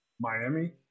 Miami